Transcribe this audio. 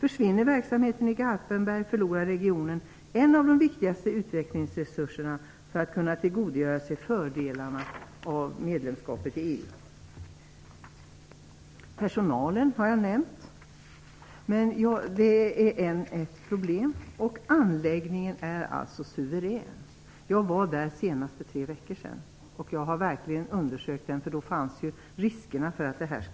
Om verksamheten i Garpenberg försvinner, förlorar regionen en av sina viktigaste utvecklingsresurser för att kunna tillgodogöra sig fördelarna av medlemskapet i EU. Personalen har jag nämnt. Det är ett problem. Anläggningen är suverän. Jag var där senast för tre veckor sedan. Då undersökte jag verkligen anläggningen, eftersom risken för den här nedläggningen fanns.